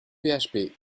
php